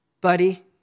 buddy